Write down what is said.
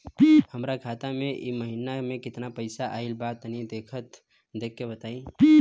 हमरा खाता मे इ महीना मे केतना पईसा आइल ब तनि देखऽ क बताईं?